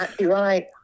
right